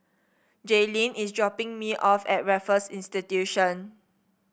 Jaylene is dropping me off at Raffles Institution